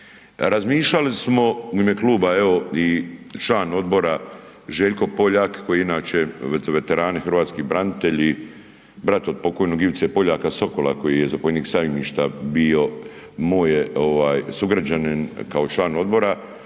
Razmišljali smo, u ime Kluba evo i član Odbora Željko Poljak koji je inače, veterani, hrvatski branitelji, brat od pokojnog Ivice Poljaka Sokola koji je zapovjednik Sajmišta bio moj je sugrađanin kao član Odbora